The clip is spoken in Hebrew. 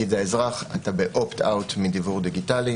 לאזרח: אתה באופט אאוט מדיוור דיגיטלי.